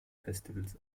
festivals